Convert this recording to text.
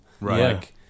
Right